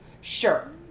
Sure